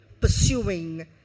pursuing